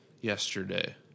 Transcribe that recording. yesterday